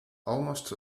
almost